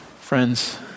Friends